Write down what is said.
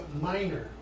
Minor